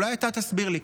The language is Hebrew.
אולי אתה תסביר לי,